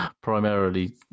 Primarily